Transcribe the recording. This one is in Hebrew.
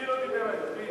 מי לא דיבר היום, מי?